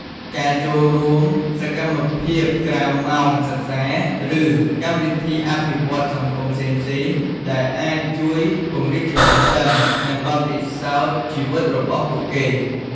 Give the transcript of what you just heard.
ការចូលរួមសកម្មភាពក្រៅម៉ោងសិក្សា ឬកម្មវិធីអភិវឌ្ឍន៍សង្គមផ្សេងៗ ដែលអាចជួយពង្រីកចំណេះដឹង និងបទពិសោធន៍ជីវិតរបស់ពួកគេ។